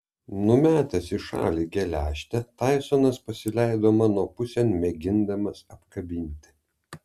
numetęs į šalį geležtę taisonas pasileido mano pusėn mėgindamas apkabinti